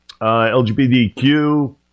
LGBTQ